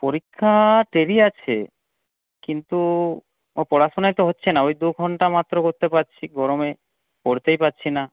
পরীক্ষা দেরি আছে কিন্তু ও পড়াশোনাই তো হচ্ছে না ওই দু ঘন্টা মাত্র করতে পারছি গরমে পড়তেই পারছি না